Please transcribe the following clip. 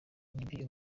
ibi